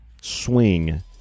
swing